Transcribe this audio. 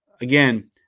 Again